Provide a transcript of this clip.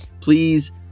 please